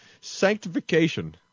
sanctification